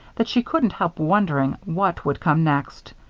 that she couldn't help wondering what would come next.